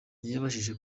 ntiyabashije